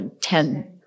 ten